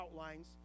outlines